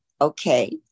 okay